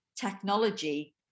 technology